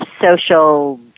social